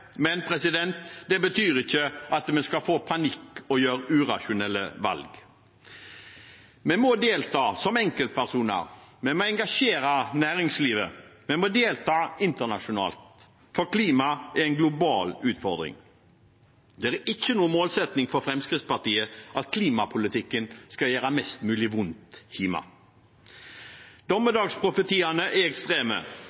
men det betyr ikke at vi skal få panikk og gjøre urasjonelle valg. Vi må delta som enkeltpersoner, vi må engasjere næringslivet, og vi må delta internasjonalt, for klima er en global utfordring. Det er ikke noen målsetting for Fremskrittspartiet at klimapolitikken skal gjøre mest mulig vondt